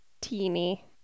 teeny